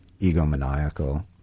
egomaniacal